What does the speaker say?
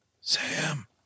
Sam